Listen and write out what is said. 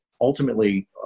ultimately